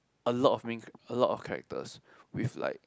a lot of main charac~ a lot of characters with like